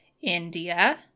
India